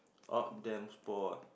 odd them spot